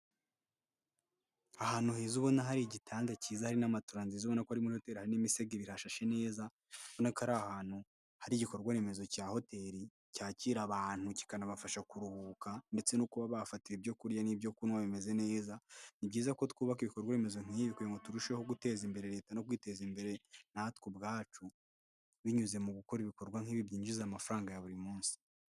Ahantu heza ubona hari igitanda cyiza, hari n'amatora nziza ubona kuri muri hoteri, Hari n'imisego ibiri, hashashe neza; ubona ko ari ahantu hari igikorwa remezo cya hoteli cyakira abantu kikanabafasha kuruhuka ndetse no kuba bahafatira ibyo kurya n'ibyo kunywa bimeze neza. Ni byiza ko twubaka ibikorwamezo nk'ibi, kugira ngo turusheho guteza imbere leta no kwiteza imbere natwe ubwacu binyuze mu gukora ibikorwa nk'ibi byinjiza amafaranga ya buri munsi.